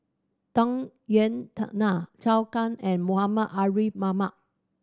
Tung Yue Nang Zhou Can and Muhammad Ariff Ahmad